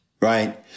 Right